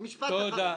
משפט אחרון.